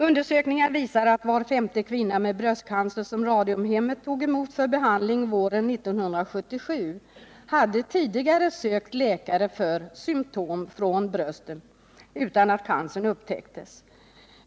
Undersökningar visar att var femte kvinna med bröstcancer som Radiumhemmet tog emot för behandling våren 1977 tidigare hade sökt läkare för symtom från brösten utan att cancern hade upptäckts.